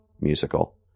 musical